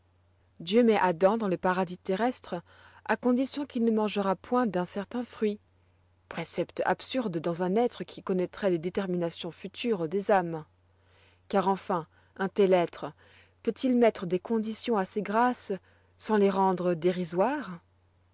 dieu met adam dans le paradis terrestre à condition qu'il ne mangera point d'un certain fruit précepte absurde dans un être qui connoîtroit les déterminations futures des âmes car enfin un tel être peut-il mettre des conditions à ses grâces sans les rendre dérisoires